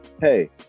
hey